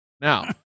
Now